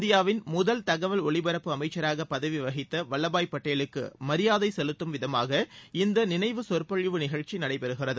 இந்தியாவின் முதல் தகவல் ஒலிபரப்பு அமைச்சராக பதவி வகித்த வல்லபாய் பட்டேலுக்கு மரியாதை செலுத்தும் விதமாக இந்த நினைவு செசொற்பொழிவு நிகழ்ச்சி நடைபெறுகிறது